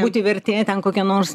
būti vertė ten kokia nors